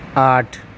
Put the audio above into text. آٹھ